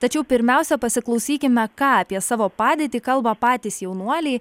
tačiau pirmiausia pasiklausykime ką apie savo padėtį kalba patys jaunuoliai